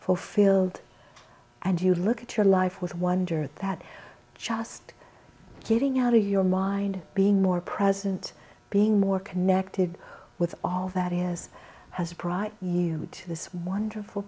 fulfilled and you look at your life with wonder at that just getting out of your mind being more present being more connected with all that is has brought you to this wonderful